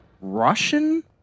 Russian